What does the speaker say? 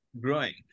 growing